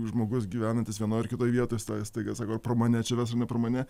žmogus gyvenantis vienoj ar kitoj vietoj stai staiga sako pro mane čia ne pro mane